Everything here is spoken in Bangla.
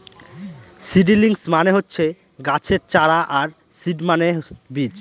সিডিলিংস মানে হচ্ছে গাছের চারা আর সিড মানে বীজ